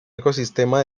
ecosistema